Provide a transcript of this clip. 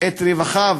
את רווחיו,